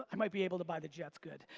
i might be able to buy the jets, good.